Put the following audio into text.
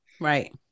Right